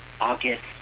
August